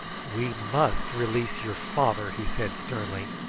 we must release your father! he said sternly.